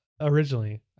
originally